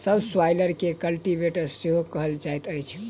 सब स्वाइलर के कल्टीवेटर सेहो कहल जाइत अछि